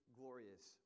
glorious